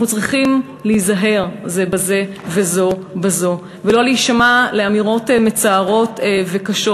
אנחנו צריכים להיזהר זה בזה וזו בזו ולא להישמע לאמירות מצערות וקשות,